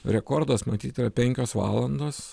rekordas matyt yra penkios valandos